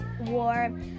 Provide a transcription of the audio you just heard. war